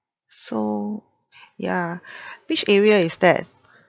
so ya which area is that